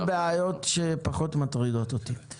אלה בעיות שפחות מטרידות אותי.